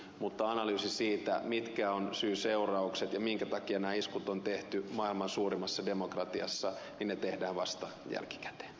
mutta analyysi siitä mitkä ovat syyt ja seuraukset ja minkä takia nämä iskut on tehty maailman suurimmassa demokratiassa tehdään vasta jälkikäteen